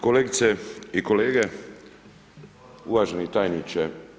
Kolegice i kolege, uvaženi tajniče.